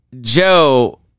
Joe